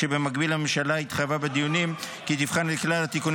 ובמקביל הממשלה התחייבה בדיונים כי תבחן את כלל התיקונים